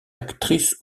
actrice